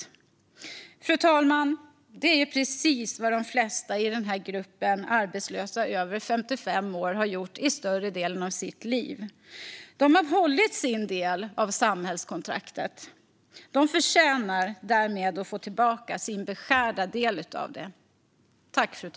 Det, fru talman, är precis vad de flesta i gruppen arbetslösa över 55 år har gjort under större delen av sitt liv. De har hållit sin del av samhällskontraktet. De förtjänar därmed att få tillbaka sin beskärda del av det.